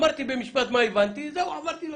אמרתי במשפט מה הבנתי, עברתי לשאלות.